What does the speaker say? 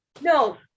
No